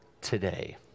today